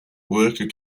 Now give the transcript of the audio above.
worker